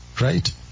right